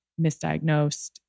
misdiagnosed